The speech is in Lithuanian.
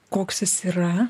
koks jis yra